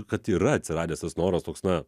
kad yra atsiradęs tas noras toks na